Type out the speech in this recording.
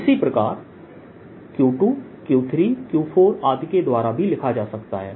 इसी प्रकार Q2 Q3 Q4 आदि के द्वारा भी लिखा जा सकता है